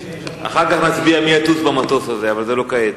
אחר כך נצביע מי יטוס במטוס הזה, אבל לא עכשיו.